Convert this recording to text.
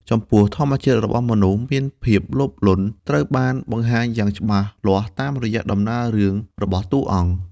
ចំពោះធម្មជាតិរបស់មនុស្សមានភាពលោភលន់ ត្រូវបានបង្ហាញយ៉ាងច្បាស់លាស់តាមរយៈដំណើររឿងរបស់តួអង្គ។